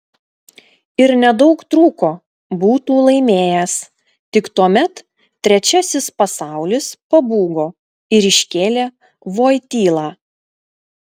ir nedaug trūko būtų laimėjęs tik tuomet trečiasis pasaulis pabūgo ir iškėlė voitylą